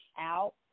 out